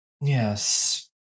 Yes